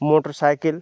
motor cycle